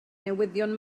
newyddion